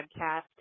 podcast